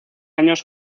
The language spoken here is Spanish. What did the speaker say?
años